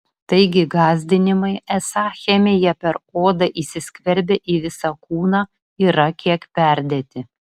taigi gąsdinimai esą chemija per odą įsiskverbia į visą kūną yra kiek perdėti